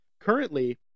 Currently